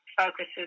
focuses